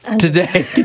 today